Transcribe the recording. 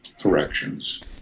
corrections